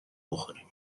بخوریم